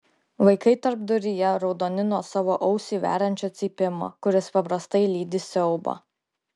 vaikai tarpduryje raudoni nuo savo ausį veriančio cypimo kuris paprastai lydi siaubą